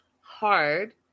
hard